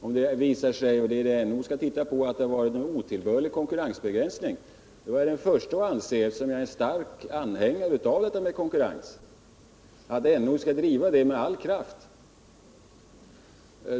Om det visar sig — vilket NO skall undersöka — att det har förekommit otillbörlig konkurrensbegränsning är jag den förste att anse, eftersom jag är en stark anhängare av konkurrens, att NO med all kraft skall driva den frågan.